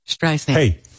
Hey